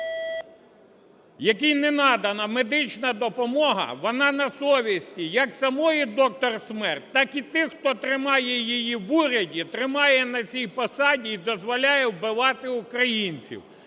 якій не надана медична допомога, вона на совісті як самої "доктора смерть", так і тих, хто тримає її в уряді, тримає на цій посаді і дозволяє вбивати українців.